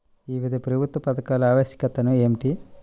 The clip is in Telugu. వివిధ ప్రభుత్వ పథకాల ఆవశ్యకత ఏమిటీ?